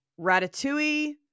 Ratatouille